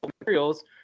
materials